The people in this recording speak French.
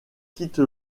quitte